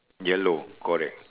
yellow correct